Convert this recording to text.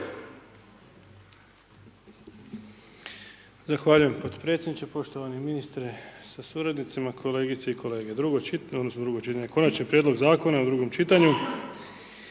Zahvaljujem potpredsjedniče, poštovani ministre sa suradnicima, kolegice i kolege. Konačni prijedlog zakona u drugom čitanju,